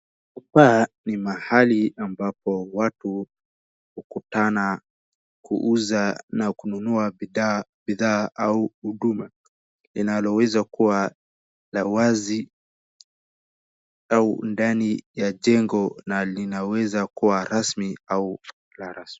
Hapa ni mahali ambapo watu hukutana kuuza na kununua bidhaa au huduma inaloweza kua la wazi au ndani ya jengo na linaweza kuwa rasmi au bila rasmi.